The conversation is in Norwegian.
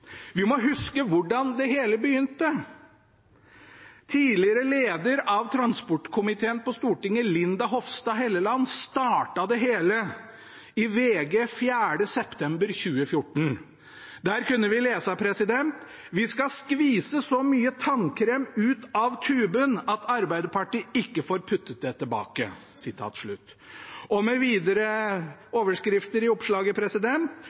Vi må huske hvordan det hele begynte. Linda C. Hofstad Helleland, tidligere leder av transportkomiteen på Stortinget, startet det hele i VG 4. september 2014. Der kunne vi lese: «Vi skal skvise så mye tannkrem ut av tuben at Ap ikke får puttet det tilbake.» Og videre overskrifter i oppslaget: